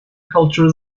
culture